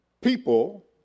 people